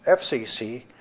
ah fcc,